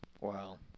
Wow